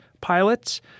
pilots